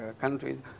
countries